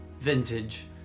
vintage